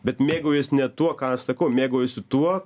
bet mėgaujuos ne tuo ką aš sakau mėgaujuosi tuo